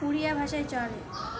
উড়িয়া ভাষায় চলে